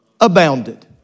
abounded